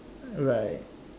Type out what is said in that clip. right